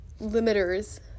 limiters